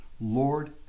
lord